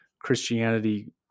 Christianity